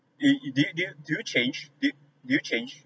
it it do you do you do you change do do you change